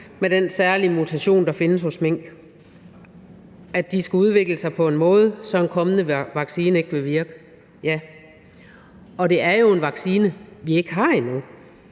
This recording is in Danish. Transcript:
med den særlige mutation, der findes hos mink, altså at det skulle udvikle sig på en måde, så en kommende vaccine ikke ville virke. Det er jo en vaccine, vi ikke har endnu,